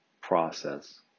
process